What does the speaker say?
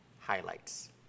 highlights